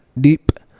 deep